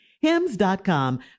Hymns.com